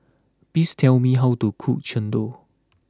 please tell me how to cook Chendol